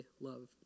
love